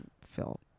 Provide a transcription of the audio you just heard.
feel